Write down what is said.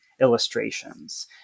illustrations